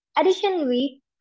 Additionally